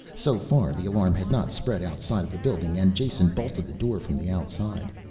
so far the alarm had not spread outside of the building and jason bolted the door from the outside.